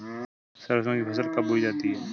सरसों की फसल कब बोई जाती है?